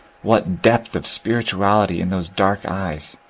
what depth of spirituality in those dark eyes!